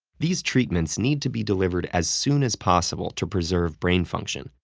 these treatments need to be delivered as soon as possible to preserve brain function,